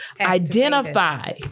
identify